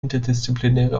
interdisziplinäre